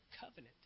covenant